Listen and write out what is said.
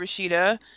Rashida